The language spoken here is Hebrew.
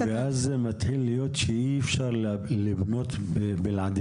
--- ואז זה מתחיל להיות כך שאי אפשר לבנות בלעדיהם?